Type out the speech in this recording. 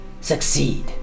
succeed